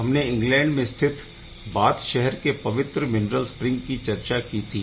हमने इंग्लैंड में स्थित बाथ शहर के पवित्र मिनर्ल स्प्रिंग की चर्चा की थी